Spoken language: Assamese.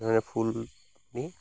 ফুল আনি